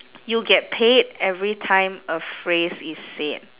you get paid every time a phrase is said